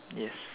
yes